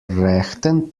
rechten